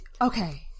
okay